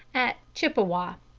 at chippewa.